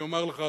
אני אומר לך,